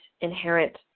inherent